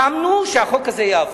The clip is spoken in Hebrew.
שהחוק הזה יעבור.